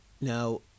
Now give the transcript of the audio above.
Now